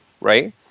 right